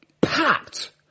packed